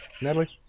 Natalie